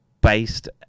based